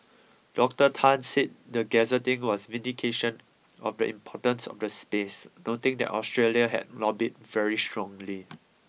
Doctor Tan said the gazetting was vindication of the importance of the space noting that Australia had lobbied very strongly